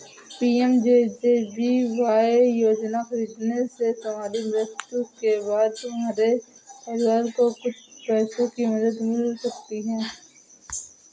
PMJJBY योजना खरीदने से तुम्हारी मृत्यु के बाद तुम्हारे परिवार को कुछ पैसों की मदद मिल सकती है